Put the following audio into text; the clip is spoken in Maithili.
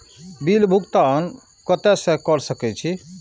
बिल भुगतान केते से कर सके छी?